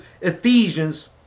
Ephesians